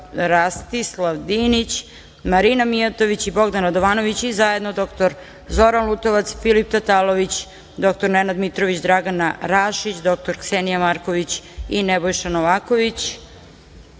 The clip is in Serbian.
Rastislav Dinić, Marina Mijatović i Bogdan Radovanović i zajedno dr Zoran Lutovac, Filip Tatalović, dr Nenad Mitrović, Dragana Rašić, dr Ksenija Marković i Nebojša Novaković. Jelena